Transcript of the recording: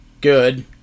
Good